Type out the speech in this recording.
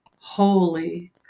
holy